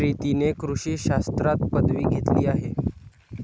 प्रीतीने कृषी शास्त्रात पदवी घेतली आहे